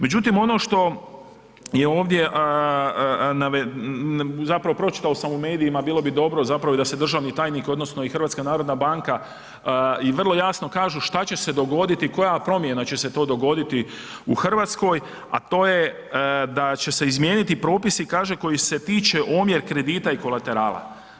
Međutim ono što je ovdje zapravo pročitao sam u medijima, bilo dobro zapravo i da se državni tajnik odnosno i HNB i vrlo jasno kažu šta će se dogoditi, koja promjena će se to dogoditi u Hrvatskoj a to je da će se izmijeniti propisi kaže koji se tiču omjer kredita i kolaterala.